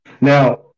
Now